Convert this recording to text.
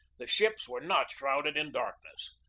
the ships were not shrouded in darkness.